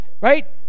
right